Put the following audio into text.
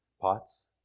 pots